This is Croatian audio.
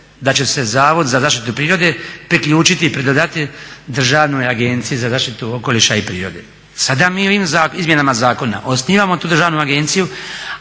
da će se zavod za zaštitu prirode priključiti i pridodati Državnoj agenciji za zaštitu okoliša i prirode. Sada mi ovim izmjenama zakona osnivamo tu državnu agenciju,